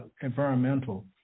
environmental